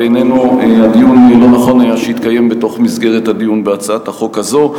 ולא נכון שהדיון הזה יתקיים במסגרת הדיון בהצעת החוק הזאת.